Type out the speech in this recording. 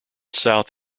south